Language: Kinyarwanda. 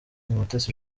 mutesi